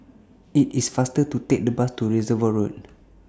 IT IS faster to Take The Bus to Reservoir Road